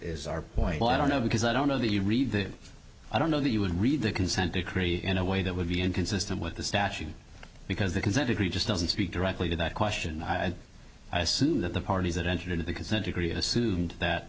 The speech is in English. is our point well i don't know because i don't know that you read the i don't know that you would read the consent decree in a way that would be inconsistent with the statute because the consent decree just doesn't speak directly to that question i assume that the parties that entered into the consent decree assumed that